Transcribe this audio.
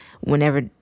whenever